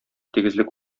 тигезлек